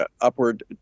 upward